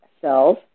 cells